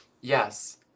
Yes